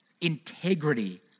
Integrity